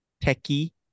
techy